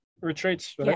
retreats